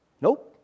Nope